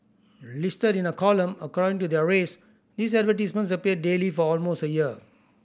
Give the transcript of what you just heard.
listed in a column according to their race these advertisements appeared daily for almost a year